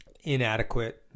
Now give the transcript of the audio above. inadequate